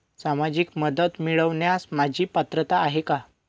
सामाजिक मदत मिळवण्यास माझी पात्रता आहे का?